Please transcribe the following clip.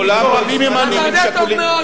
מעולם לא הזמנתי הורים שכולים,